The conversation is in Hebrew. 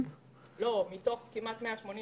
אולי הוא לא זוכר